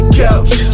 couch